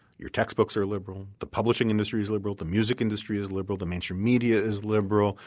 your textbooks are liberal. the publishing industry is liberal. the music industry is liberal. the mainstream media is liberal.